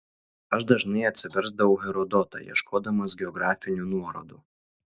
aš dažnai atsiversdavau herodotą ieškodamas geografinių nuorodų